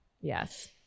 yes